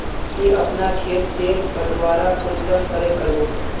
ती अपना खेत तेर बटवारा कुंसम करे करबो?